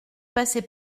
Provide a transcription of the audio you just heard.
passer